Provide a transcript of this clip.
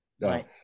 Right